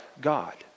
God